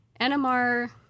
NMR